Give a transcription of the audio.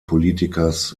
politikers